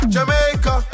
Jamaica